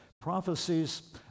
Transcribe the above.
Prophecies